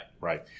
Right